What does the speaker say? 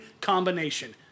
combination